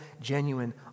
genuine